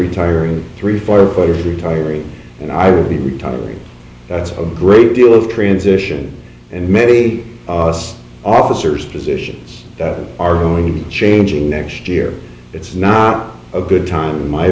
retiring three firefighters retiring and i will be retiring that's a great deal of transition and many officers positions are going to be changing next year it's not a good time in my